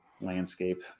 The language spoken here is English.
landscape